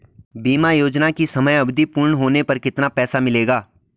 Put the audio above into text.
बीमा योजना की समयावधि पूर्ण होने पर कितना पैसा मिलेगा?